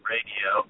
Radio